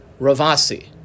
Ravasi